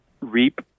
reap